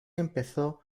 empezó